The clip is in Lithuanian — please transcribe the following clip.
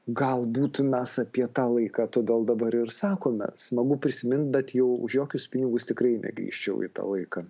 galbūt mes apie tą laiką todėl dabar ir sakome smagu prisimint bet jau už jokius pinigus tikrai negrįžčiau į tą laiką